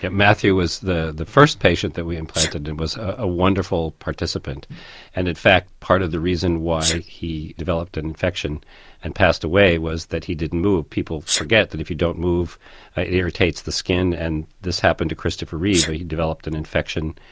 matthew was the the first patient that we implanted and was a wonderful participant and in fact part of the reason why he developed an infection and passed away was that he didn't move. people forget that if you don't move it irritates the skin and this happened to christopher reeve, he developed an infection.